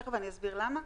תיכף אני אסביר למה.